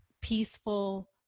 peaceful